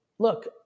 Look